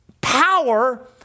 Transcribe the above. power